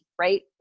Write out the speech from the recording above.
right